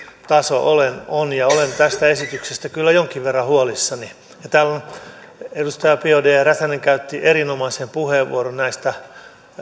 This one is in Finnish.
taso on olen tästä esityksestä kyllä jonkin verran huolissani ja täällä myös edustajat biaudet ja räsänen käyttivät erinomaiset puheenvuorot näistä